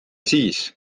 siis